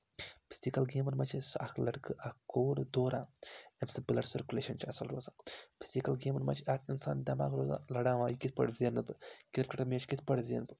physical گیمَن مَنٛز چھِ سُہ اَکھ لٔڑکہٕ اَکھ کوٗر دوران اَمہِ سۭتۍ بٕلَڈ سٔرکُلیشَن چھِ اَصٕل روزان فِزِکَل گیمَن منٛز چھِ اَکھ اِنسان دٮ۪ماغ روزان لَڑاوان یہِ کِتھ پٲٹھۍ زینہٕ بہٕ کِرکَٹ میچ کِتھ پٲٹھۍ زینہٕ بہٕ